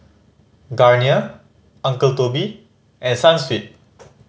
Garnier Uncle Toby and Sunsweet